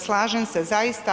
Slažem se zaista.